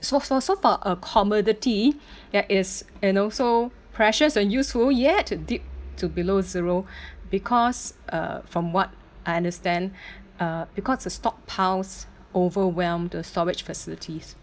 so so so far a commodity that is so precious and useful yet to deep to below zero because uh from what I understand uh because the stockpiles overwhelmed the storage facilities